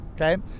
Okay